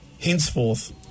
henceforth